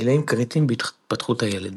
גילאים קריטיים בהתפתחות הילד